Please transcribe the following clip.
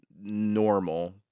normal